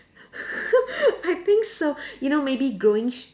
I think so you know maybe growing sh~